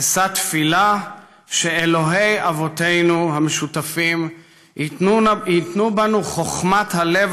אשא תפילה שאלוהי אבותינו המשותפים ייתנו בנו חוכמת הלב